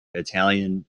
italian